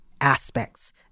aspects